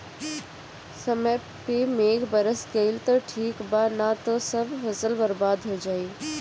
समय पे मेघ बरस गईल त ठीक बा ना त सब फसल बर्बाद हो जाला